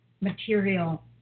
material